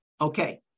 Okay